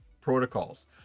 protocols